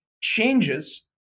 changes